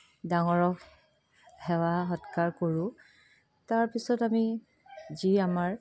ডাঙৰক সেৱা সৎকাৰ কৰোঁ তাৰপিছত আমি যি আমাৰ